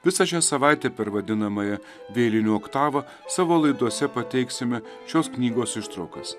visą šią savaitę per vadinamąją vėlinių oktavą savo laidose pateiksime šios knygos ištraukas